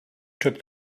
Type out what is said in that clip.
took